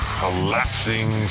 collapsing